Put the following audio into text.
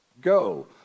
Go